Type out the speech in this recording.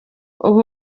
ubu